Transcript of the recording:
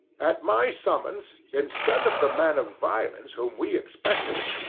at my summons, instead of the man of violence whom we expected,